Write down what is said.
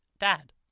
Dad